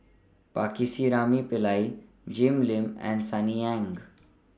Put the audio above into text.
Pillai Jim Lim and Sunny Ang